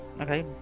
Okay